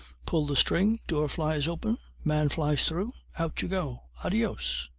pull the string, door flies open, man flies through out you go! adios!